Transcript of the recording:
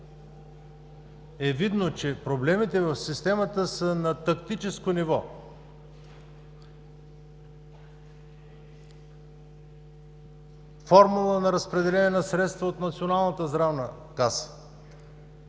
е видно, че проблемите в системата са на тактическо ниво. Формула на разпределение на средствата от Националната здравноосигурителна каса.